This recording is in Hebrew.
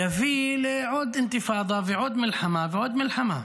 יביא לעוד אינתיפאדה ולעוד מלחמה ועוד מלחמה.